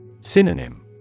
Synonym